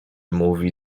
mówi